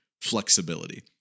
flexibility